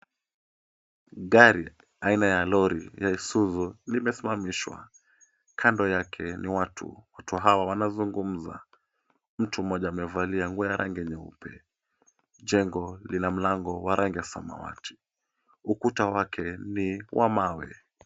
Gari aina ya lori la Isuzu limesimamishwa. Kando yake, ni watu. Watu hawa wanazungumza. Mtu mmoja amevalia nguo ya rangi nyeupe, jengo lina mlango wa rangi ya samawati. Ukuta wake ni wa mawe.